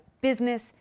business